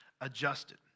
adjusted